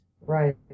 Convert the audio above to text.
Right